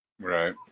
Right